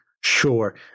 Sure